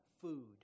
food